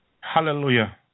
Hallelujah